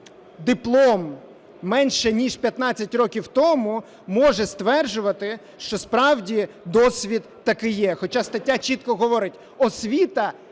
диплом менше ніж 15 років тому, може стверджувати, що справді досвід такий є. Хоча стаття чітко говорить: освіта